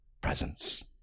presence